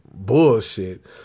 bullshit